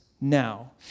now